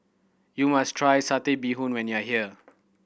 you must try Satay Bee Hoon when you are here